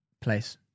place